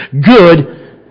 good